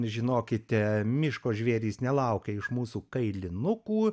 žinokite miško žvėrys nelaukia iš mūsų kailinukų